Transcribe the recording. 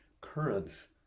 currents